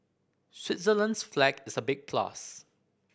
Switzerland's flag is a big plus